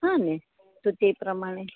હો ને તો તે પ્રમાણે